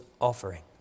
offering